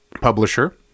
Publisher